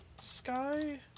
Sky